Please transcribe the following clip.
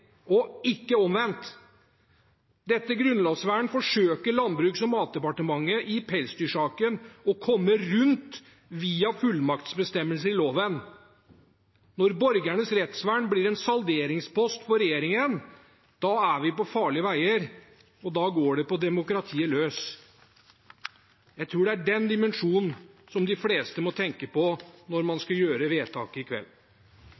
lovgivning, ikke omvendt. Dette grunnlovsvernet forsøker Landbruks- og matdepartementet i pelsdyrsaken å komme rundt via fullmaktsbestemmelser i loven. Når borgernes rettsvern blir en salderingspost for regjeringen, er vi på farlige veier, og da går det på demokratiet løs. Jeg tror det er den dimensjonen som de fleste må tenke på når man skal fatte vedtaket i kveld.